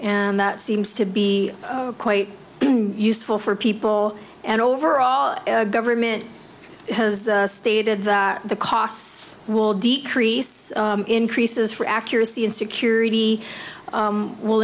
and that seems to be quite useful for people and overall government has stated that the costs will decrease increases for accuracy and security will